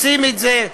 רוצים את זה.